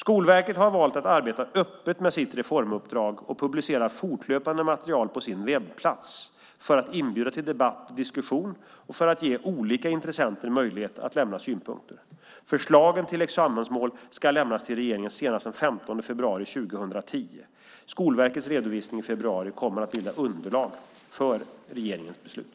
Skolverket har valt att arbeta öppet med sitt reformuppdrag och publicerar fortlöpande material på sin webbplats för att inbjuda till debatt och diskussion och för att ge olika intressenter möjlighet att lämna synpunkter. Förslagen till examensmål ska lämnas till regeringen senast den 15 februari 2010. Skolverkets redovisning i februari kommer att bilda underlag för regeringens beslut.